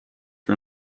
for